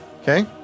Okay